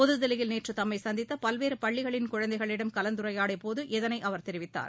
புதுதில்லியில் நேற்று தம்மை சந்தித்த பல்வேறு பள்ளிகளின் குழந்தைகளிடம் கலந்துரையாடிய போது இதனை அவர் தெரிவித்தார்